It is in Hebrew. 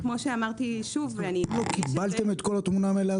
לא קיבלתם את התמונה המלאה?